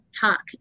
talk